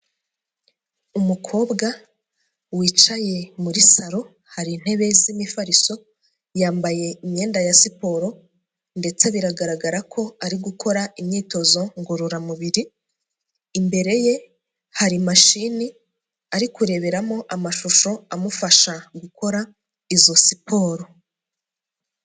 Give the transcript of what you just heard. Umukobwa wicaye muri salo, hari intebe z'imifariso, yambaye imyenda ya siporo ndetse biragaragara ko ari gukora imyitozo ngororamubiri, imbere ye hari mashini ari kureberamo amashusho amufasha gukora izo siporo.